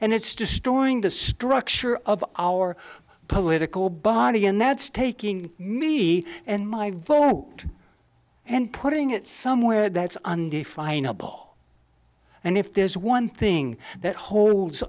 and it's destroying the structure of our political body and that's taking me and my vote and putting it somewhere that's undefinable and if there's one thing that holds